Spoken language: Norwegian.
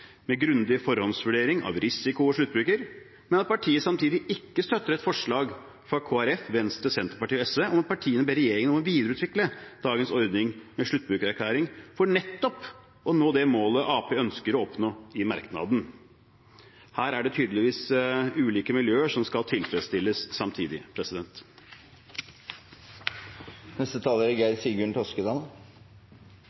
med sluttbrukererklæring», for nettopp å nå det målet Arbeiderpartiet ønsker å oppnå med merknaden. Her er det tydeligvis ulike miljøer som skal tilfredsstilles samtidig. Det er